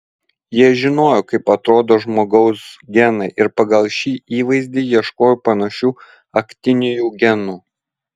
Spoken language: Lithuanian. jie žinojo kaip atrodo žmogaus genai ir pagal šį įvaizdį ieškojo panašių aktinijų genų